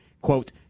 quote